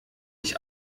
ich